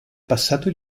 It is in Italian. passato